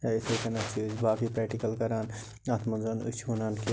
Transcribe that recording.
یا یِتھَے کٔنٮ۪تھ چھِ أسۍ باقٕے پرٛٮ۪کٹِکٕل کَران اتھ منٛز أسۍ چھِ وَنان کہِ